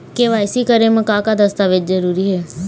KYC करे म का का दस्तावेज जरूरी हे?